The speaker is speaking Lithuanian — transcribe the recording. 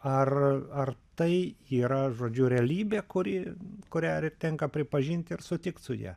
ar ar tai yra žodžiu realybė kuri kurią tenka pripažint ir sutikt su ja